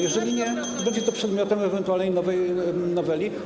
Jeżeli nie, to będzie to przedmiotem ewentualnej nowej noweli.